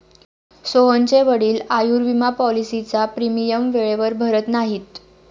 सोहनचे वडील आयुर्विमा पॉलिसीचा प्रीमियम वेळेवर भरत नाहीत